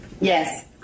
Yes